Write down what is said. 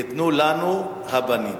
ייתנו לנו הבנים.